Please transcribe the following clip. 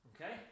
Okay